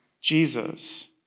Jesus